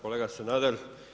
Kolega Sanader.